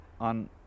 on